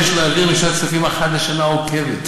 מדובר בהתחייבויות שיש להעביר משנת הכספים אחת לשנה עוקבת.